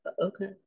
okay